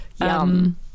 Yum